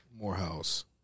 Morehouse